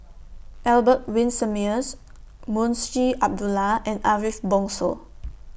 Albert Winsemius Munshi Abdullah and Ariff Bongso